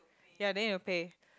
ya then you will pay